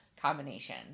combination